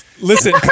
Listen